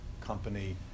company